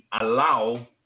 allow